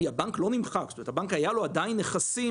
כי הבנק לא נמחק לבנק עדיין היו נכסים